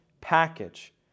package